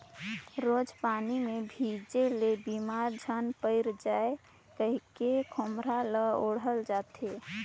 रोज पानी मे भीजे ले बेमार झिन पइर जाए कहिके खोम्हरा ल ओढ़ल जाथे